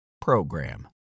program